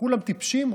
כולם טיפשים,